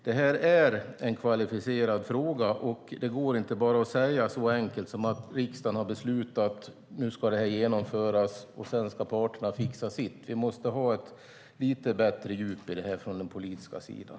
Detta är en kvalificerad fråga. Det går inte an att bara säga att riksdagen har fattat beslut, att det nu ska genomföras och att parterna sedan ska fixa sitt. Vi måste ha ett lite bättre djup i detta från den politiska sidan.